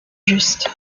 juste